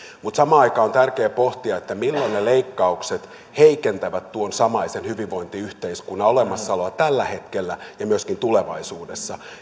mutta samaan aikaan on tärkeää pohtia milloin ne leikkaukset heikentävät tuon samaisen hyvinvointiyhteiskunnan olemassaoloa tällä hetkellä ja myöskin tulevaisuudessa